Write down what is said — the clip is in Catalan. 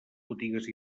botigues